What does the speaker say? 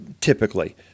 typically